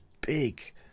big